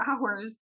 hours